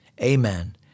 Amen